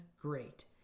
great